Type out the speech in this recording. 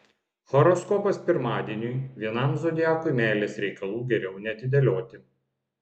horoskopas pirmadieniui vienam zodiakui meilės reikalų geriau neatidėlioti